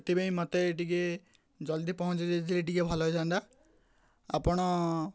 ତେବେ ମୋତେ ଟିକେ ଜଲଦି ପହଞ୍ଚାଇ ଦେଇଥିଲେ ଟିକେ ଭଲ ହେଇଥାନ୍ତା ଆପଣ